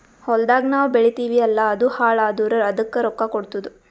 ಹೊಲ್ದಾಗ್ ನಾವ್ ಬೆಳಿತೀವಿ ಅಲ್ಲಾ ಅದು ಹಾಳ್ ಆದುರ್ ಅದಕ್ ರೊಕ್ಕಾ ಕೊಡ್ತುದ್